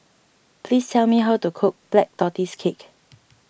please tell me how to cook Black Tortoise Cake